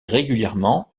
régulièrement